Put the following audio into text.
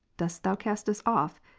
dost thou cast us off?